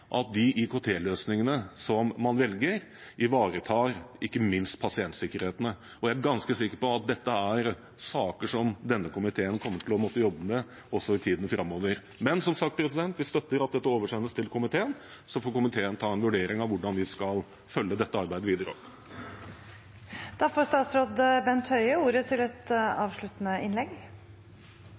at de IKT-løsningene som man velger, ivaretar ikke minst pasientsikkerheten? Jeg er ganske sikker på at dette er saker som denne komiteen kommer til å måtte jobbe med også i tiden framover. Vi støtter som sagt at dette oversendes komiteen, så får komiteen ta en vurdering av hvordan vi skal følge dette arbeidet videre